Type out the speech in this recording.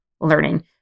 learning